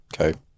Okay